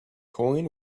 coin